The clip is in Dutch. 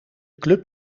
club